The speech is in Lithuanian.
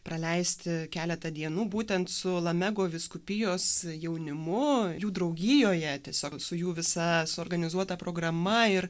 praleisti keletą dienų būtent su lamego vyskupijos jaunimu jų draugijoje tiesiog su jų visa suorganizuota programa ir